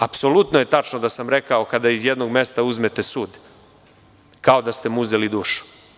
Apsolutno je tačno da sam rekao - kada iz jednog mesta uzmete sud, kao da ste mu uzeli dušu.